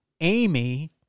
Amy